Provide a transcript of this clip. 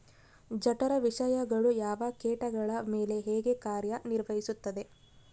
ಜಠರ ವಿಷಯಗಳು ಯಾವ ಕೇಟಗಳ ಮೇಲೆ ಹೇಗೆ ಕಾರ್ಯ ನಿರ್ವಹಿಸುತ್ತದೆ?